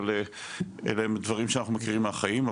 אבל אלה הם דברים שאנחנו מכירים מהחיים,